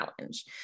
challenge